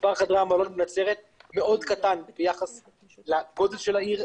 מספר חדרי המלון בנצרת מאוד קטן ביחס לגודל של העיר,